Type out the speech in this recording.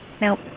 Nope